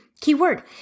keyword